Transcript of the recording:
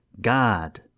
God